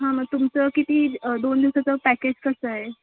हां मग तुमचं किती दोन दिवसाचं पॅकेज कसं आहे